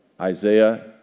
Isaiah